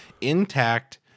intact